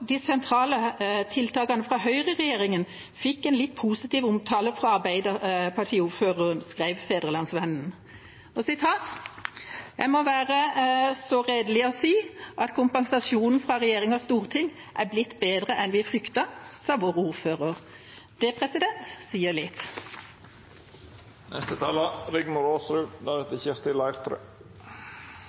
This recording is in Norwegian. de sentrale tiltakene fra høyreregjeringa fikk en litt positiv omtale fra arbeiderpartiordføreren, skrev Fædrelandsvennen. «Jeg må være så redelig og si at kompensasjonen fra regjeringen og Stortinget har blitt bedre enn vi fryktet», sa vår ordfører. Det sier litt.